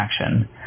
action